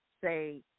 say